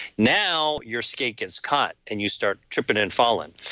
now, your skate gets caught and you start tripping and falling.